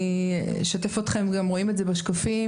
רואים את זה בשקפים,